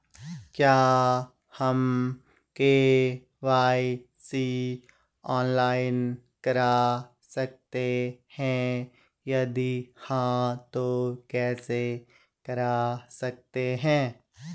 क्या हम KYC online करा सकते हैं यदि हाँ तो कैसे करा सकते हैं?